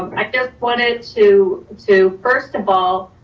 i just wanted to to first of all,